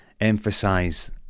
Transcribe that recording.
emphasize